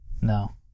No